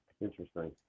Interesting